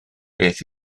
beth